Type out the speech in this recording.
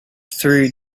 through